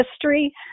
history